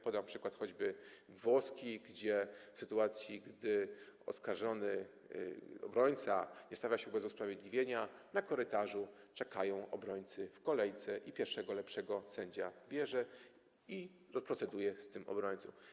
Podam przykład choćby włoski, gdzie w sytuacji gdy oskarżony, obrońca nie stawia się bez usprawiedliwienia, na korytarzu czekają obrońcy w kolejce i pierwszego lepszego sędzia bierze i proceduje z tym obrońcą.